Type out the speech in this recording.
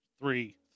three